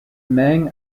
meng